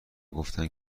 گفتن